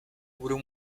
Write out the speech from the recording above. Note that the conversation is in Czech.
budu